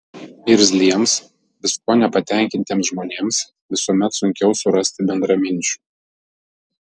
irzliems viskuo nepatenkintiems žmonėms visuomet sunkiau surasti bendraminčių